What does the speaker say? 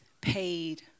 paid